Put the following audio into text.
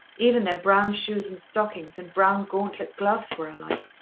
even their brown shoes and stockings and brown gauntlet gloves were alike.